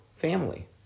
family